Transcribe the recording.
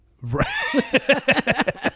Right